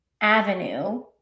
avenue